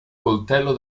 coltello